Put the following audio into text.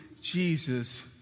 Jesus